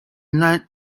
night